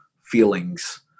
feelings